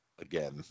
again